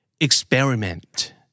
Experiment